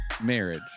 marriage